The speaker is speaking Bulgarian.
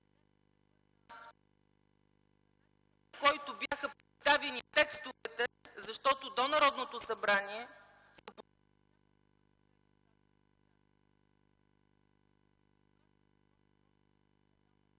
по който бяха представени текстовете, защото до Народното събрание са